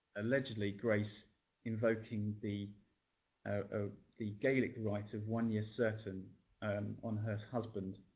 allegedly, grace invoking the ah the gaelic rites of one year certain um on her husband.